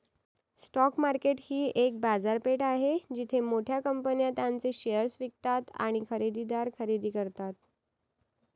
stock market ही एक बाजारपेठ आहे जिथे मोठ्या कंपन्या त्यांचे शेअर्स विकतात आणि खरेदीदार खरेदी करतात